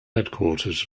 headquarters